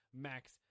max